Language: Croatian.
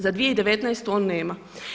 Za 2019. on nema.